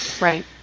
right